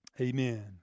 amen